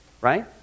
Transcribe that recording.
right